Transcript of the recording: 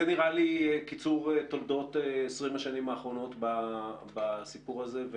זה נראה לי קיצור תולדות 20 השנים האחרונות בסיפור הזה.